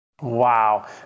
Wow